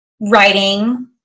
writing